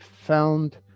found